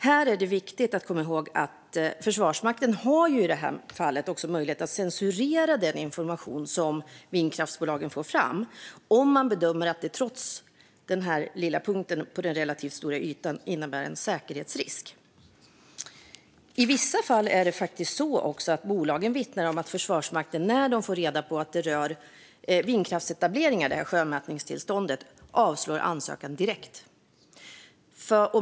Det är viktigt att komma ihåg att i det här fallet har Försvarsmakten möjlighet att censurera den information som vindkraftsbolagen får fram om man bedömer att det trots den lilla punkten på den relativt stora ytan innebär en säkerhetsrisk. I vissa fall är det så att bolagen vittnar om att Försvarsmakten när man får reda på att sjömätningstillståndet avser vindkraftsetableringar avslår ansökan direkt.